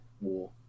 war